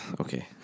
Okay